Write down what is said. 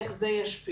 איך זה ישפיע.